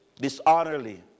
dishonorably